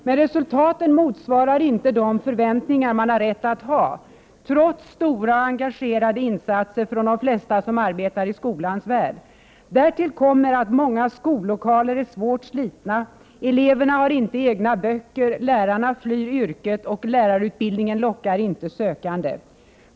Men resultaten motsvarar inte de förväntningar man har rätt att ha, trots stora och engagerade insatser från de flesta som arbetar i skolans värld. Därtill kommer att många skollokaler är svårt slitna. Eleverna har inte egna böcker. Lärarna flyr yrket, och lärarutbildningen lockar inte sökande.